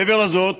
מעבר לזאת,